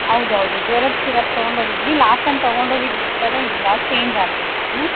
ಹೌದ್ ಹೌದು ಜ್ವರದ ಸಿರಪ್ ತಗೊಂಡೋಗಿದ್ವಿ ಲಾಸ್ಟ್ ಟೈಮ್ ತಗೊಂಡೋಗಿದ್ದು ಥರ ಇಲ್ಲ ಚೇಂಜ್ ಆಗಿದೆ ಅದು